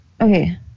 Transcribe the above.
Okay